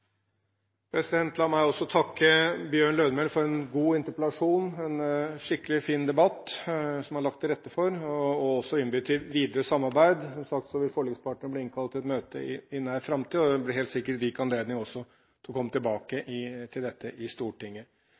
La meg også takke representanten Bjørn Lødemel for en god interpellasjon, en skikkelig fin debatt som det er lagt til rette for, og også innby til videre samarbeid. Som sagt vil forlikspartnerne bli innkalt til et møte i nær framtid, og det blir sikkert rik anledning til å komme tilbake til dette i Stortinget.